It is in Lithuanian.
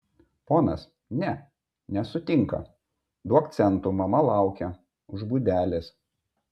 ponas ne nesutinka duok centų mama laukia už būdelės